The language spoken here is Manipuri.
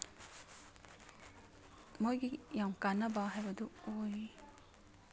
ꯃꯣꯏꯒꯤ ꯌꯥꯝ ꯀꯥꯟꯅꯕ ꯍꯥꯏꯕꯗꯨ ꯑꯣꯏ